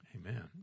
Amen